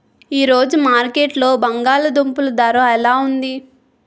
ఈ రోజు మార్కెట్లో బంగాళ దుంపలు ధర ఎలా ఉంది?